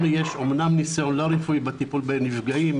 לנו אמנם יש ניסיון לא רפואי בטיפול בנפגעים,